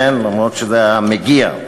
אף-על-פי שזה היה מגיע,